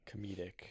comedic